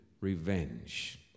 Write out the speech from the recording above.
revenge